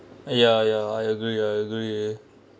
ya ya I agree I agree